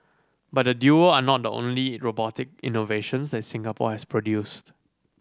but the duo are not the only robotic innovations that Singapore has produced